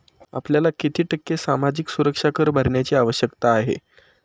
आपल्याला किती टक्के सामाजिक सुरक्षा कर भरण्याची आवश्यकता आहे?